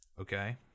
Okay